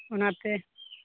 ᱚᱱᱟᱛᱮ